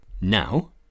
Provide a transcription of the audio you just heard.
Now